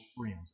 friends